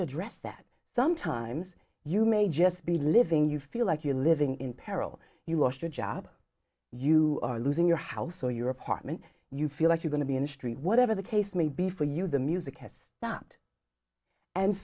to address that sometimes you may just be living you feel like you're living in peril you lost your job you are losing your house or your apartment you feel like you're going to be in the street whatever the case may be for you the music has